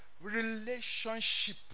Relationship